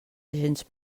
agents